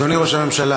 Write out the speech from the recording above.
אדוני ראש הממשלה,